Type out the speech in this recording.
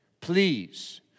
please